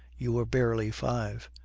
you were barely five.